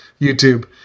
YouTube